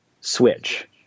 switch